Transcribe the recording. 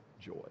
joy